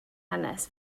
hanes